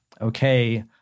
okay